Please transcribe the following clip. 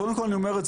קודם כל אני אומר,